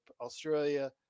australia